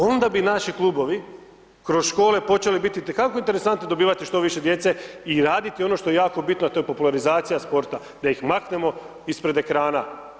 Onda bi naši klubovi kroz škole počeli biti itekako interesantni i dobivati što više djece i raditi ono što je jako bitno a to je popularizacija sporta da ih maknemo ispred ekrana.